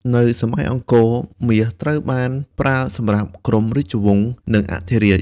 នៅសម័យអង្គរ មាសត្រូវបានប្រើសម្រាប់ក្រុមរាជវង្ស និងអធិរាជ។